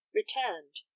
returned